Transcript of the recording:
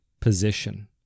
position